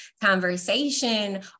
conversation